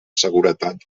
seguretat